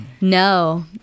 no